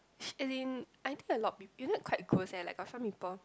as in I think a lot of is it quite close eh got some people